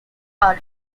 are